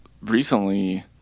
recently